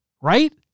Right